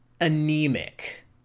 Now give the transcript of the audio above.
anemic